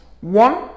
one